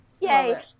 Yay